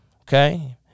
Okay